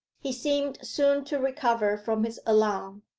he seemed soon to recover from his alarm,